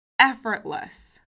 effortless